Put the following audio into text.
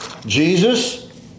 Jesus